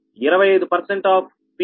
25 of Pg25100×5012